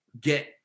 get